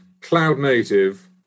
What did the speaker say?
cloud-native